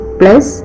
plus